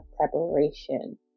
preparation